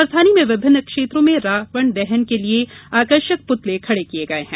राजधानी में विभिन्न क्षेत्रों में रावण दहन के लिये आकर्षक पुतले खड़े किये गये हैं